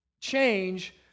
change